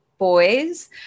boys